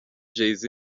jayz